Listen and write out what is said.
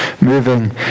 moving